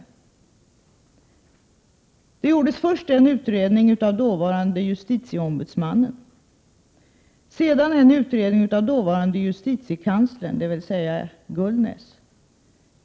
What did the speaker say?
Först gjordes en utredning av dåvarande justitieombudsmannen: Sedan gjordes en utredning av dåvarande justitiekanslern, dvs. Ingvar Gullnäs.